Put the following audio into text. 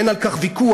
אין על כך ויכוח.